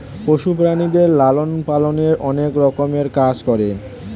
পশু প্রাণীদের লালন পালনে অনেক রকমের কাজ করে